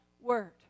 word